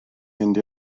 mynd